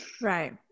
Right